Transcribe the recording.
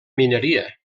mineria